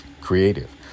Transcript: Creative